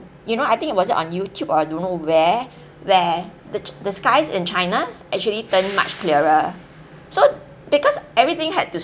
you know I think it was it on youtube or I don't know where where the the skies in china actually turn much clearer so because everything had to